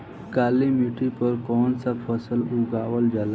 काली मिट्टी पर कौन सा फ़सल उगावल जाला?